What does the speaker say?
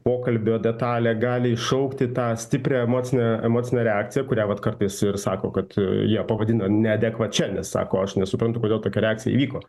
pokalbio detalė gali iššaukti tą stiprią emocinę emocinę reakciją kurią vat kartais ir sako kad ją pavadina neadekvačia nes sako aš nesuprantu kodėl tokia reakcija įvyko